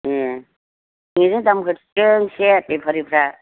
ए बिदिनो दाम गोसा होदों एसे बेफारिफ्रा